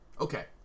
Okay